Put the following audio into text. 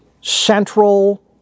central